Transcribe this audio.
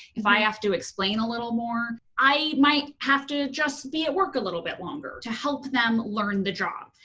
if i have to explain a little more. i might have to just be at work a little bit longer to help them learn the job.